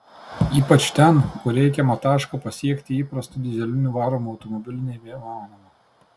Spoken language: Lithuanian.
ypač ten kur reikiamą tašką pasiekti įprastu dyzelinu varomu automobiliu nebeįmanoma